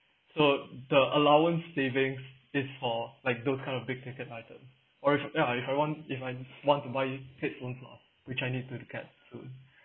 so the allowance savings is for like those kind of big ticket item or if if I I want if I want to buy headphones which I need to get soon